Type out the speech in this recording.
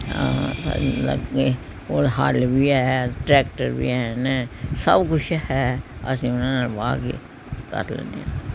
ਕੋਲ ਹੱਲ ਵੀ ਹੈ ਟਰੈਕਟਰ ਵੀ ਹਨ ਸਭ ਕੁਛ ਹੈ ਅਸੀਂ ਉਹਨਾਂ ਨਾਲ ਵਾਹ ਕੇ ਕਰ ਲੈਂਦੇ ਹਾਂ